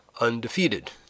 undefeated